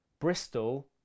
Bristol